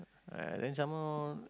uh then some more